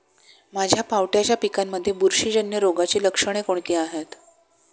माझ्या पावट्याच्या पिकांमध्ये बुरशीजन्य रोगाची लक्षणे कोणती आहेत?